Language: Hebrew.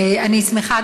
אני שמחה,